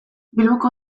bilboko